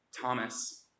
Thomas